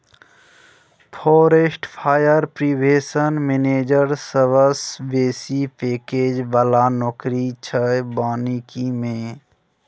forest fire prevention manager सबसँ बेसी package बला नौकरी छै बानिकी मे